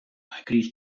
agrees